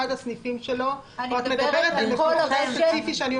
הסניפים שלו או שאת מדברת על מקום ספציפי.